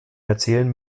erzählen